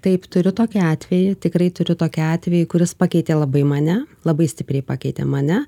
taip turiu tokį atvejį tikrai turiu tokį atvejį kuris pakeitė labai mane labai stipriai pakeitė mane